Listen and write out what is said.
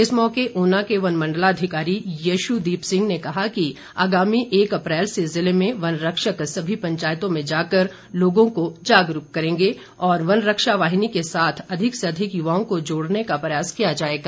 इस मौके ऊना के वनमण्डलाधिकारी यशुदीप सिंह ने कहा कि आगामी एक अप्रैल से जिले में वन रक्षक सभी पंचायतों में जाकर लोगों को जागरूक करेंगे और वन रक्षा वाहिनी के साथ अधिक से अधिक युवाओं को जोड़ने का प्रयास किया जाएगा